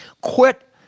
Quit